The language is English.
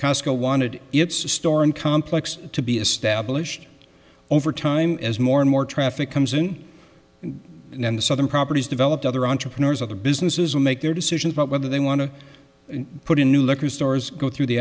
cosco wanted it's a store and complex to be established over time as more and more traffic comes in and then the southern property is developed other entrepreneurs other businesses will make their decisions about whether they want to put in new liquor stores go through the